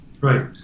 right